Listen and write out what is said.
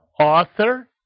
Author